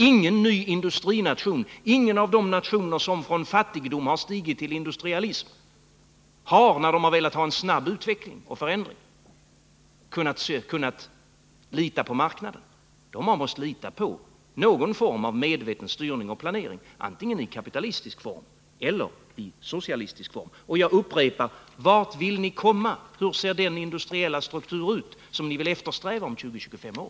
Ingen ny industrination, ingen av de nationer som från fattigdom har stigit till industrialism, har för en snabb utveckling och förändring kunnat lita på marknaden. De har måst lita på någon form av medveten styrning och planering, antingen i kapitalistisk eller i socialistisk form. Jag upprepar: Vart vill ni komma? Hur ser den industriella struktur ut som ni eftersträvar att ha om 20-25 år?